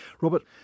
Robert